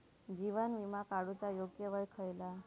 जीवन विमा काडूचा योग्य वय खयला?